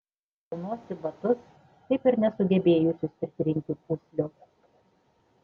aunuosi batus taip ir nesugebėjusius pritrinti pūslių